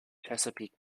chesapeake